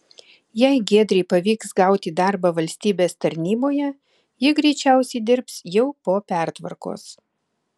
jei giedrei pavyks gauti darbą valstybės tarnyboje ji greičiausiai dirbs jau po pertvarkos